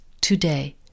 today